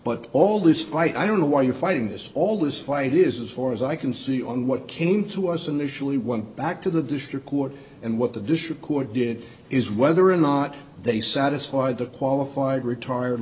but all this light i don't know why you're fighting this all this fight is as far as i can see on what came to us initially went back to the district court and what the district court did is whether or not they satisfied the qualified retired